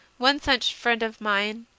one such friend of mine,